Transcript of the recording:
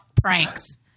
pranks